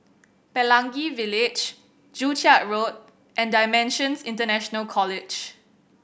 Pelangi Village Joo Chiat Road and Dimensions International College